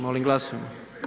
Molim glasujmo.